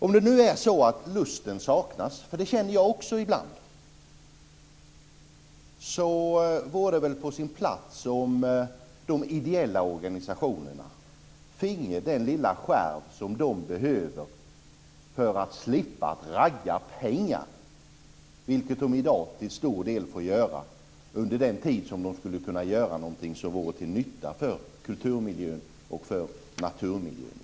Om det nu är så att lusten saknas - det känner jag också ibland - vore det väl på sin plats om de ideella organisationerna fick den lilla skärv som de behöver för att slippa ragga pengar, vilket de i dag till stor del får göra under den tid då de skulle kunna göra något som vore till nytta för kulturmiljön och naturmiljön.